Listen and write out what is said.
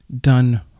done